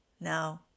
No